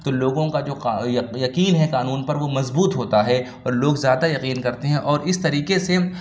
تو لوگوں کا جو یقین ہے قانون پر وہ مضبوط ہوتا ہے اور لوگ زیادہ یقین کرتے ہیں اور اِس طریقے سے